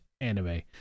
anime